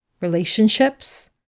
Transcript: relationships